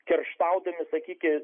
kerštaudami sakykim